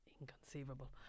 inconceivable